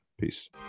peace